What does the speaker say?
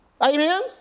Amen